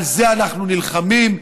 על זה אנחנו נלחמים,